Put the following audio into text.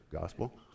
gospel